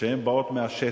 שבאות מהשטח.